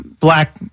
black